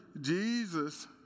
Jesus